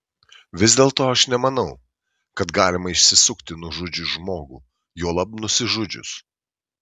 vis dėlto aš nemanau kad galima išsisukti nužudžius žmogų juolab nusižudžius